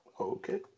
Okay